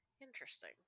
interesting